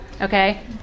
Okay